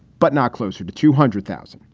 but not closer to two hundred thousand.